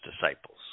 disciples